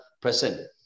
person